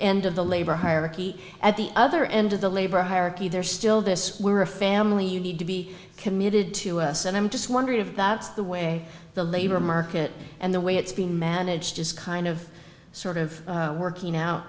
and of the labor hierarchy at the other end of the labor hire key there's still this we're a family you need to be committed to us and i'm just wondering if that's the way the labor market and the way it's being managed is kind of sort of working out